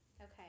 okay